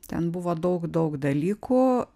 ten buvo daug daug dalykų